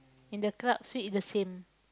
in the club suite is the same